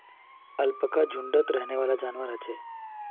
alpaca झुण्डत रहनेवाला जंवार ह छे